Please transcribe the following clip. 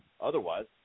Otherwise